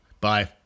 Bye